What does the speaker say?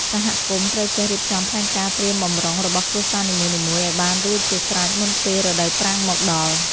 សហគមន៍ត្រូវចេះរៀបចំផែនការត្រៀមបម្រុងរបស់គ្រួសារនីមួយៗឱ្យបានរួចជាស្រេចមុនពេលរដូវប្រាំងមកដល់។